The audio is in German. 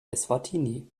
eswatini